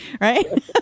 right